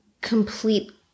complete